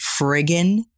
friggin